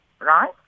Right